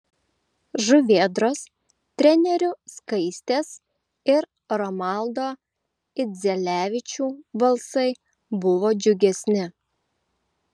žuvėdros trenerių skaistės ir romaldo idzelevičių balsai buvo džiugesni